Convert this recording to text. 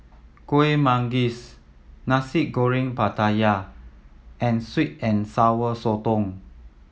Kuih Manggis Nasi Goreng Pattaya and sweet and Sour Sotong